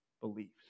beliefs